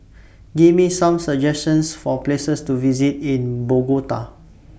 Give Me Some suggestions For Places to visit in Bogota